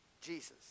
Jesus